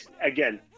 again